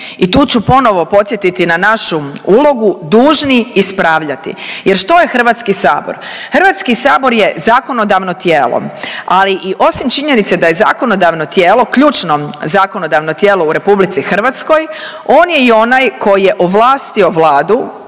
i tu ću ponovno podsjetiti na našu ulogu, dužni ispravljati. Jer što je Hrvatski sabor? Hrvatski sabor je zakonodavno tijelo, ali i osim činjenice da je zakonodavno tijelo, ključno zakonodavno tijelo u RH, on je i onaj koji je ovlastio Vladu